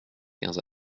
quinze